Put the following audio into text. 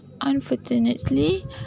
unfortunately